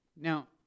Now